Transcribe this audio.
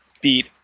beat